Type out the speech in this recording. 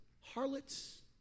harlots